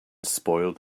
spoiled